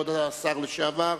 כבוד השר לשעבר.